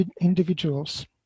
individuals